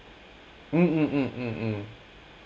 mm mm mm mm mm